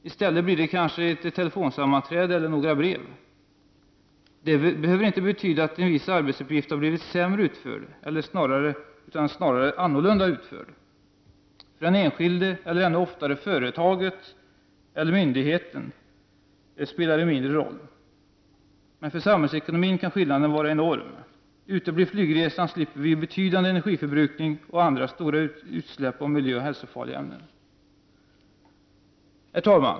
I stället blir det kanske ett telefonsammanträde eller några brev. Det behöver inte betyda att en viss arbetsuppgift har blivit sämre utförd, snarare annorlunda utförd. För den enskilde, eller ännu oftare för företaget eller myndigheten, spelar det mindre roll. Men för samhällsekonomin kan skillnaden vara enorm. Uteblir flygresan slipper vi en betydande energiförbrukning och stora utsläpp av miljöoch hälsofarliga ämnen. Herr talman!